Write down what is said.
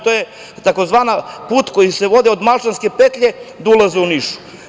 To je tzv. put koji se vodi od Malčanske petlje do ulaza u Niš.